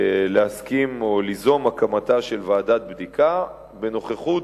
להסכים או ליזום את הקמתה של ועדת בדיקה בנוכחות